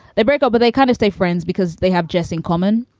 they break up, but they kind of stay friends because they have just in common.